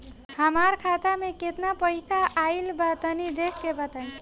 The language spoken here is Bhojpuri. हमार खाता मे केतना पईसा आइल बा तनि देख के बतईब?